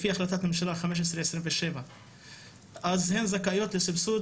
לפי החלטת ממשלה 1527. הן זכאיות לסבסוד